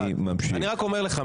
אני רק אומר לך,